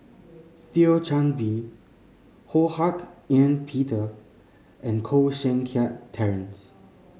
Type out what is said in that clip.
Thio Chan Bee Ho Hak Ean Peter and Koh Seng Kiat Terence